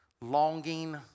longing